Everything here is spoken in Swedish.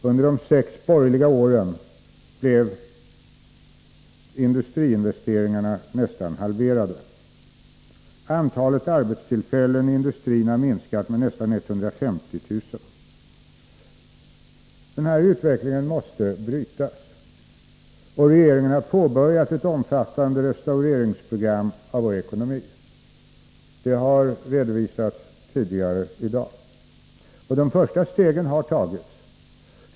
Under de sex borgerliga åren blev industriinvesteringarna nästan halverade. Antalet arbetstillfällen i industrin har minskat med nästan 150 000. Denna utveckling måste brytas, och regeringen har påbörjat ett omfattande program för restaurering av vår ekonomi. Det har redovisats tidigare i dag. Och de första stegen har tagits.